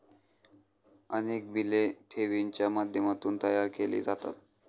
अनेक बिले ठेवींच्या माध्यमातून तयार केली जातात